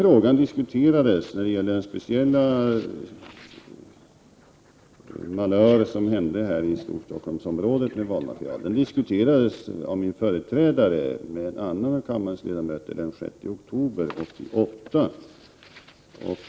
Frågan om den speciella malör som skedde med valmaterial i Storstockholmsområdet har diskuterats av min företrädare med en annan av kammarens ledamöter den 6 oktober 1988.